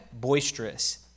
boisterous